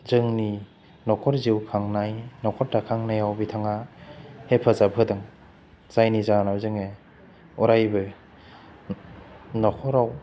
जोंनि न'खर जिउ खांनाय न'खर दाखांनायाव बिथांङा हेफाजाब होदों जायनि जावनाव जोङाे अरायबो न'खराव